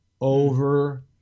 over